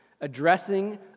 addressing